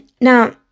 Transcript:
now